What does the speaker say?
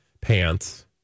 pants